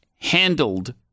handled